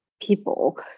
people